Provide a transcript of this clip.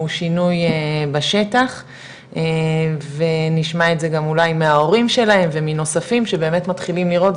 שינוי בשטיח ונשמע את זה גם מההורים שלהם ומנוספים שמתחילים לראות,